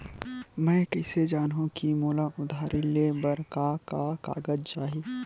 मैं कइसे जानहुँ कि मोला उधारी ले बर का का कागज चाही?